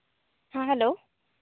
ᱦᱮᱸ ᱦᱮᱞᱳ